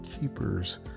keepers